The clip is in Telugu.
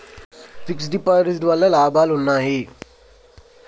ఫిక్స్ డ్ డిపాజిట్ వల్ల లాభాలు ఉన్నాయి?